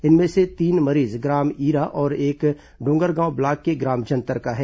इनमें से तीन मरीज ग्राम ईरा और एक डोंगरगांव ब्लॉक के ग्राम जंतर का है